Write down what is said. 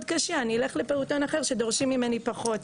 קשה אני אלך לפעוטון אחר שדורשים ממני פחות,